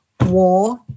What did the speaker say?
war